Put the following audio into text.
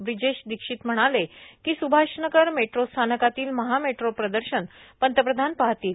ब्रिजेश शीक्षित म्हणाले कीए सुभाषनगर मेट्रो स्थानकातील महामेट्रो प्र र्शन पंतप्रधान पाहतील